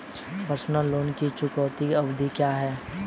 Personal loan की चुकौती अवधि क्या है?